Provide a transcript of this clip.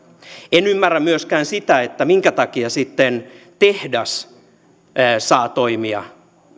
en ymmärrä myöskään sitä minkä takia sitten tehdas saa toimia